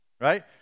right